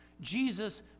Jesus